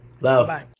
Love